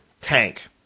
tank